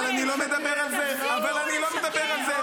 אבל אני לא מדבר על זה.